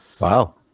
Wow